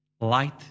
light